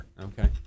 Okay